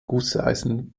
gusseisen